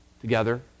together